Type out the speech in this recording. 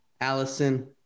Allison